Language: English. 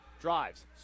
Drives